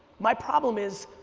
my problem is,